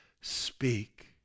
speak